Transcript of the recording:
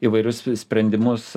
įvairius sprendimus